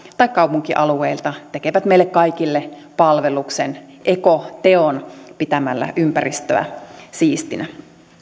tai kaupunkialueilta tekevät meille kaikille palveluksen ekoteon pitämällä ympäristöä siistinä